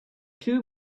two